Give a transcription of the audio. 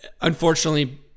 unfortunately